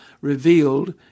revealed